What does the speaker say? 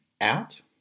out